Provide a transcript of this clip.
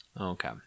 Okay